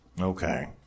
Okay